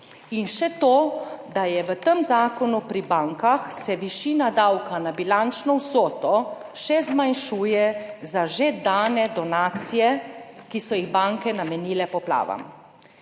In še to, v tem zakonu pri bankah se višina davka na bilančno vsoto še zmanjšuje za že dane donacije, ki so jih banke namenile poplavam.